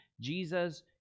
jesus